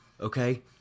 okay